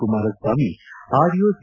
Kumaraswamy audio C